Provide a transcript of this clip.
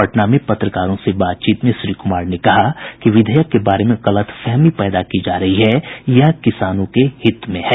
पटना में पत्रकारों से बातचीत में श्री कुमार ने कहा कि विधेयक के बारे में गलतफहमी पैदा की जा रही है यह किसानों के हित में है